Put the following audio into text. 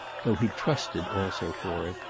though he trusted also for it,